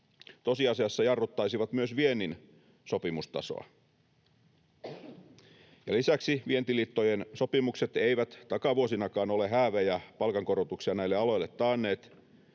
tosiasiassa jarruttaisivat myös viennin sopimustasoa. Lisäksi vientiliittojen sopimukset eivät takavuosinakaan ole häävejä palkankorotuksia näille aloille taanneet.